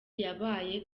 yabaye